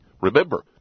Remember